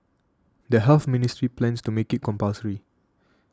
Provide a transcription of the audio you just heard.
the Health Ministry plans to make it compulsory